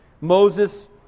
Moses